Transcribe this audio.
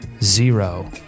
Zero